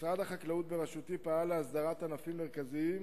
משרד החקלאות בראשותי פעל להסדרת ענפים מרכזיים